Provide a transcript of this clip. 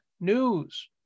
news